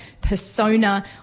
persona